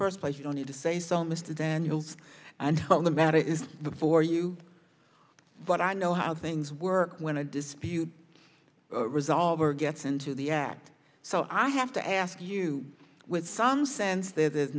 first place you don't need to say so mr daniels and the matter is before you but i know how things work when a dispute resolver gets into the act so i have to ask you with some sense th